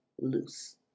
loose